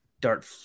dart